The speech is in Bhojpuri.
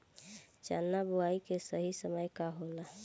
चना बुआई के सही समय का होला?